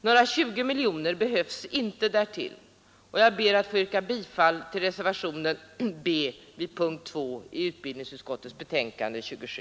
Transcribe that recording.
Några 20 miljoner kronor behövs inte därtill, och jag ber att få yrka bifall till reservationen B vid punkten 2 i utbildningsutskottets betänkande nr 27.